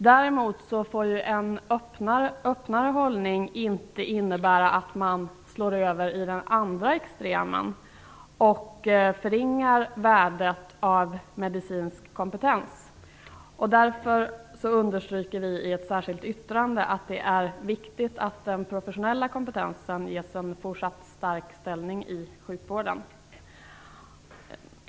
Däremot får ju inte en öppnare hållning innebära att man slår över i den andra extremen och förringar värdet av medicinsk kompetens. Därför understryker vi i ett särskilt yttrande att det är viktigt att den professionella kompetensen ges en fortsatt stark ställning i sjukvården.